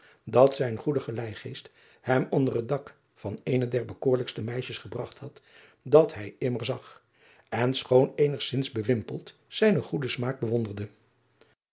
dat zijn goede geleigeest hem onder het dak van eene der bekoorlijkste meisjes gebragt had dat hij immer zag en schoon eenigzins bewimpeld zijnen goeden smaak bewonderde